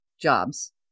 Jobs